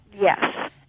Yes